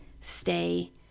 stay